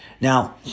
Now